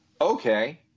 okay